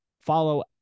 follow